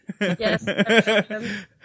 Yes